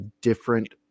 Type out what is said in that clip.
different